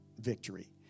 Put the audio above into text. victory